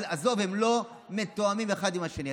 אבל עזוב, הם לא מתואמים אחד עם השני.